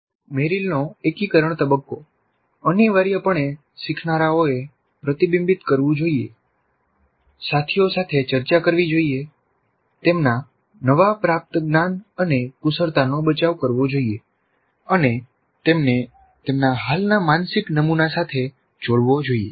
મેરિલનો એકીકરણ તબક્કો અનિવાર્યપણે શીખનારાઓએ પ્રતિબિંબિત કરવું જોઈએ સાથીઓ સાથે ચર્ચા કરવી જોઈએ તેમના નવા પ્રાપ્ત જ્ઞાન અને કુશળતાનો બચાવ કરવો જોઈએ અને તેમને તેમના હાલના માનસિક નમુના સાથે જોડવો જોઈએ